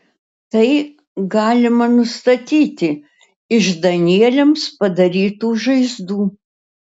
tai galima nustatyti iš danieliams padarytų žaizdų